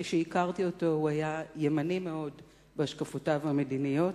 כשהכרתי אותו הוא היה ימני מאוד בהשקפותיו המדיניות,